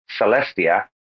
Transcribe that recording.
Celestia